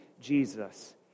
Jesus